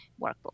workbook